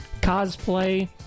...cosplay